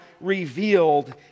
revealed